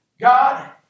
God